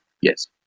yes